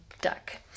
Duck